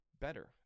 better